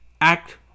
Act